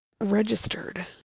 registered